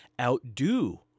Outdo